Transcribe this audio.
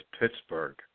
Pittsburgh